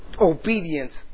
Obedience